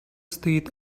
стоит